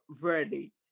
ready